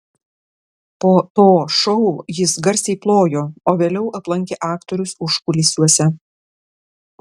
po to šou jis garsiai plojo o vėliau aplankė aktorius užkulisiuose